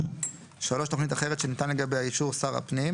(3) תוכנית אחרת שניתן לגביה אישור שר הפנים,